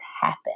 happen